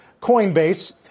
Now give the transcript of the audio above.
Coinbase